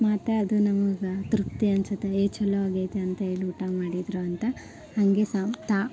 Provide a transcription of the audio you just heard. ಮಾತ್ರ ಅದು ನಮಗೆ ತೃಪ್ತಿ ಅನಿಸುತ್ತೆ ಏ ಛಲೋ ಆಗಿದೆ ಅಂತ ಹೇಳ್ ಊಟ ಮಾಡಿದರು ಅಂತ ಹಾಗೆ ಸಹ ತಾ